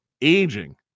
aging